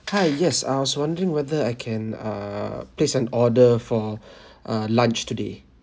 hi yes I was wondering whether I can err place an order for uh lunch today